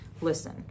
Listen